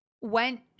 went